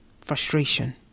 frustration